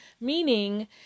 Meaning